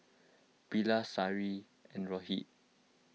Bilahari Saina and Rohit